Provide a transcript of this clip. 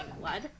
blood